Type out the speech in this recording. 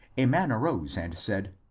a man arose and. said,